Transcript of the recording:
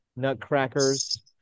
Nutcrackers